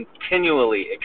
continually